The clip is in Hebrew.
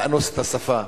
לאנוס את השפה.